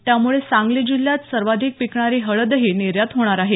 त्यामुळे सांगली जिल्ह्यात सर्वाधिक पिकणारी हळदही निर्यात होणार आहे